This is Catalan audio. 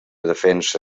defensa